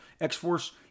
X-Force